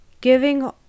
giving